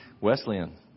Wesleyan